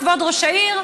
כבוד ראש העיר,